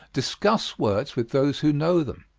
discuss words with those who know them